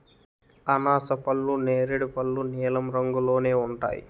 అనాసపళ్ళు నేరేడు పళ్ళు నీలం రంగులోనే ఉంటాయి